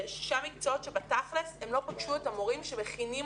למקצועות שבתכל'ס הם לא פגשו את המורים שמכינים